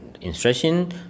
instruction